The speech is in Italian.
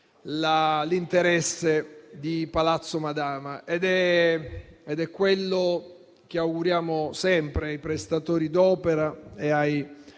l'interesse di Palazzo Madama. È quello che auguriamo sempre ai prestatori d'opera e ai